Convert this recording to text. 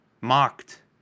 mocked